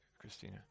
Christina